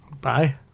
bye